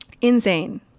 insane